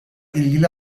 ilgili